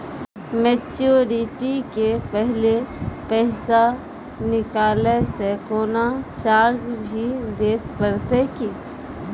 Maturity के पहले पैसा निकालै से कोनो चार्ज भी देत परतै की?